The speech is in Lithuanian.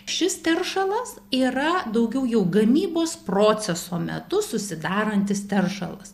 šis teršalas yra daugiau jau gamybos proceso metu susidarantis teršalas